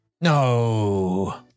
No